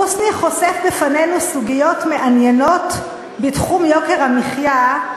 חוסני חושף בפנינו סוגיות מעניינות בתחום יוקר המחיה,